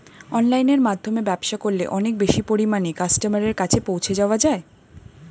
অনলাইনের মাধ্যমে ব্যবসা করলে অনেক বেশি পরিমাণে কাস্টমারের কাছে পৌঁছে যাওয়া যায়?